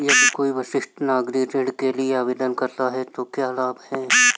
यदि कोई वरिष्ठ नागरिक ऋण के लिए आवेदन करता है तो क्या लाभ हैं?